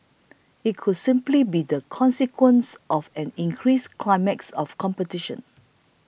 it could simply be the consequence of an increased climate of competition